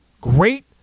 great